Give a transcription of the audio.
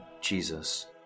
Jesus